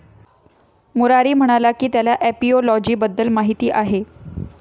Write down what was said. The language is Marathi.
मुरारी म्हणाला की त्याला एपिओलॉजी बद्दल माहीत आहे